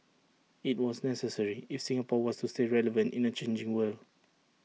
IT was necessary if Singapore was to stay relevant in A changing world